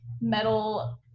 metal